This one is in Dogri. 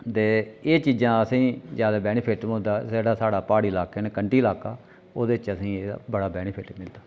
ते एह् चीजां असेंगी जैदा बैनीफिट होंदा जेह्ड़ा साढ़ा प्हाड़ी लाके न कंढी लाका ओह्दे च असें गी एह् बड़ा बैनिफिट मलदा